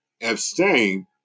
abstain